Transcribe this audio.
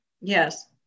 Yes